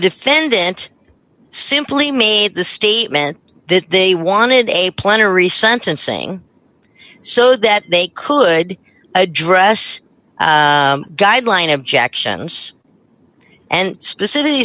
defendant simply made the statement that they wanted a plenary sentencing so that they could address guideline objections and specifically